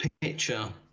picture